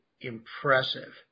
impressive